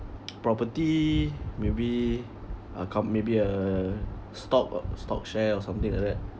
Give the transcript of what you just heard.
property maybe uh com~ maybe uh stock or stock share or something like that